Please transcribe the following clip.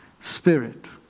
spirit